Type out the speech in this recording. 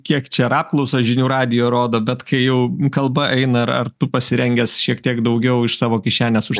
kiek čia ir apklausą žinių radijo rodo bet kai jau kalba eina ar ar tu pasirengęs šiek tiek daugiau iš savo kišenės už